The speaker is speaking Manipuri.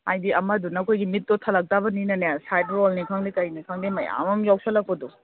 ꯍꯥꯏꯗꯤ ꯑꯃꯗꯨꯅ ꯑꯩꯈꯣꯏꯒꯤ ꯃꯤꯠꯇꯣ ꯊꯜꯂꯛꯇꯕꯅꯤꯅꯅꯦ ꯁꯥꯏꯠ ꯔꯣꯜꯅꯤ ꯈꯪꯗꯦ ꯀꯩꯅꯤ ꯈꯪꯗꯦ ꯃꯌꯥꯝ ꯑꯃ ꯌꯥꯎꯁꯜꯂꯛꯄꯗꯣ